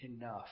enough